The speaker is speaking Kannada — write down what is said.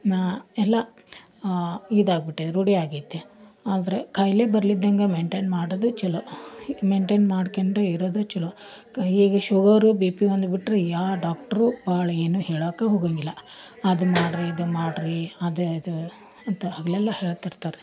ನಾ ಎಲ್ಲ ಇದು ಆಗ್ಬಿಟ್ಟೆ ರೂಢಿ ಆಗೈತೆ ಆದರೆ ಕಾಯ್ಲೆ ಬರ್ಲಿದ್ದಂಗ ಮೇಂಟೇನ್ ಮಾಡೋದು ಚಲೋ ಮೇಂಟೇನ್ ಮಾಡ್ಕ್ಯಂಡು ಇರೋದು ಚಲೋ ಕ ಈಗ ಶುಗರು ಬಿ ಪಿ ಒಂದು ಬಿಟ್ಟರೆ ಯಾ ಡಾಕ್ಟ್ರು ಭಾಳ ಏನು ಹೇಳಕ್ಕು ಹೋಗಂಗಿಲ್ಲ ಅದನ್ನ ಮಾಡ್ರಿ ಇದು ಮಾಡ್ರಿ ಅದು ಇದು ಅಂತ ಹಗಲೆಲ್ಲ ಹೇಳ್ತಿರ್ತಾರ್ರಿ